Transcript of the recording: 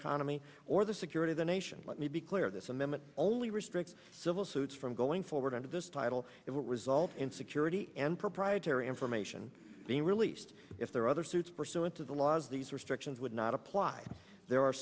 economy or the security the nation let me be clear this amendment only restricts civil suits from going forward under this title if it results in security and proprietary information being released if there are other suits pursuant to the laws these restrictions would not apply there are